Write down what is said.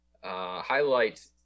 highlight